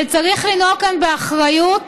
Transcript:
אבל צריך לנהוג כאן באחריות,